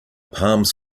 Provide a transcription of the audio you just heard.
palms